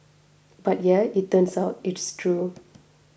but yeah it turns out it's true